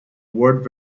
word